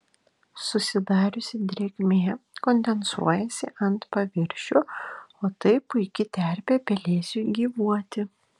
susidariusi drėgmė kondensuojasi ant paviršių o tai puiki terpė pelėsiui gyvuoti